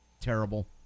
terrible